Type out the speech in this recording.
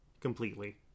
completely